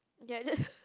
gather